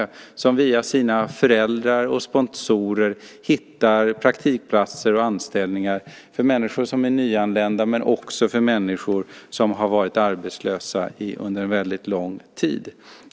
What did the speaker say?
Medlemmarna hittar via sina föräldrar och sponsorer praktikplatser och anställningar för människor som är nyanlända men också för människor som har varit arbetslösa under en väldigt lång tid.